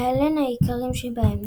להלן העיקריים שבהם